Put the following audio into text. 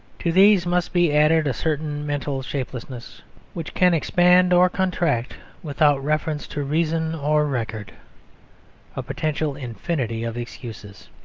to these must be added a certain mental shapelessness which can expand or contract without reference to reason or record a potential infinity of excuses.